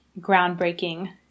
groundbreaking